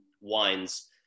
wines